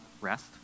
rest